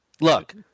look